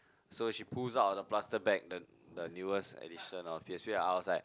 so she pulls out the plastic bag the the newest edition of P_S_P I was like